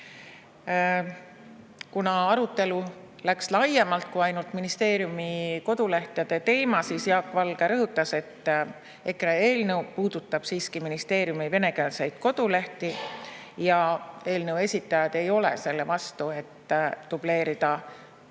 Kuna arutelu läks laiemaks kui ainult ministeeriumi kodulehtede teema, siis Jaak Valge rõhutas, et EKRE eelnõu puudutab siiski ministeeriumide venekeelseid kodulehti. Eelnõu esitajad ei ole selle vastu, et dubleerida